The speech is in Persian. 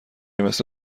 مثل